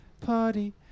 party